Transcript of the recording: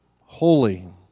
holy